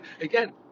again